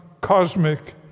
cosmic